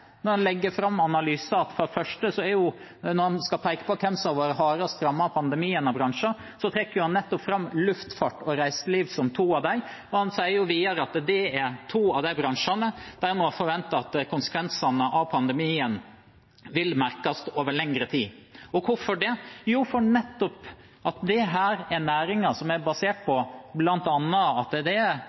skal peke på hvilke bransjer som har vært hardest rammet av pandemien, trekker fram nettopp luftfarten og reiselivet som to av dem. Han sier videre at det er to av bransjene hvor en må forvente at konsekvensene av pandemien vil merkes over lengre tid. Hvorfor det? Jo, fordi dette er næringer som bl.a. er basert på at det er aktivitet og turister fra utlandet. Det er også basert på bestillinger framover i tid. Mange av de som jobber i disse næringene, opplever fortsatt at det er